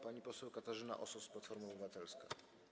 Pani poseł Katarzyna Osos, Platforma Obywatelska.